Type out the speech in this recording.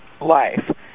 life